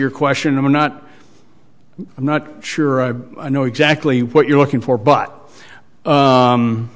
your question i'm not i'm not sure i know exactly what you're looking for but